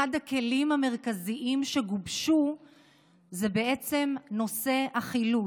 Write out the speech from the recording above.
אחד הכלים המרכזיים שגובשו זה החילוט,